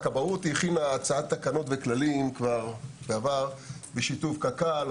הכבאות הכינה בעבר הצעת תקנות וכללים בשיתוף עם קק"ל,